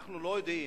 אנחנו לא יודעים